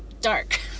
dark